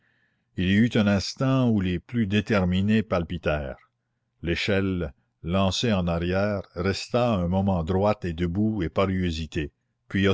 il y eut un instant où les plus déterminés palpitèrent l'échelle lancée en arrière resta un moment droite et debout et parut hésiter puis